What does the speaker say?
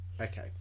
Okay